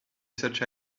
such